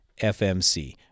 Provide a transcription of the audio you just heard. FMC